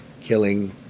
killing